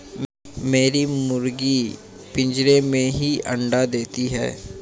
मेरी मुर्गियां पिंजरे में ही अंडा देती हैं